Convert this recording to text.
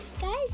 guys